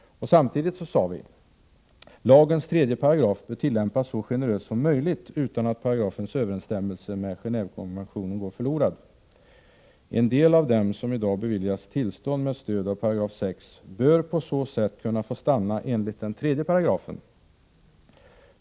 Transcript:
Samtidigt sade vi att lagens 3 § bör tillämpas så generöst som möjligt, utan att paragrafens överensstämmelse med Gen&vekonventionen går förlorad. En del av dem som nu beviljas tillstånd med stöd av 6 § bör på så sätt kunna få stanna enligt 3 §.